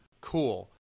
cool